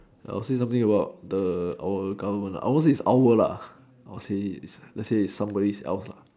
I would say something about our government our is our let's say is somebody else